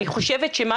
אני חושבת שמה